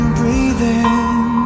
breathing